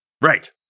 Right